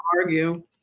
argue